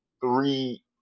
three